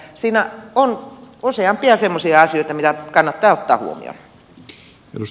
siinä on useampia semmoisia asioita mitä kannattaa ottaa huomioon